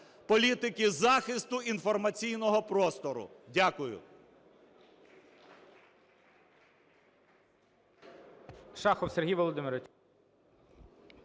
політики захисту інформаційного простору. Дякую.